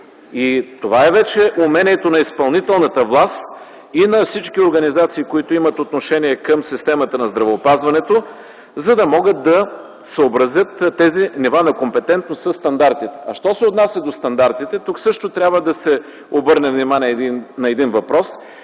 Това е умението на изпълнителната власт и на всички организации, които имат отношение към системата на здравеопазването - да могат да съобразят тези нива на компетентност със стандартите. Що се отнася до стандартите, тук също трябва да се обърне внимание на един въпрос